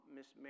Miss